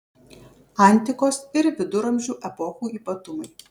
antikos ir viduramžių epochų ypatumai